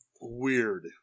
Weird